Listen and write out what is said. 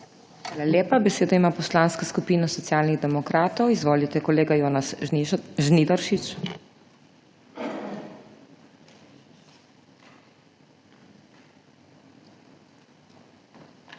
lepa. Besedo ima Poslanska skupina Socialnih demokratov. Izvolite, kolega Jonas Žnidaršič.